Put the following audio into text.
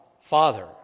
Father